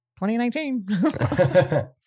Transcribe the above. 2019